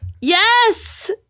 Yes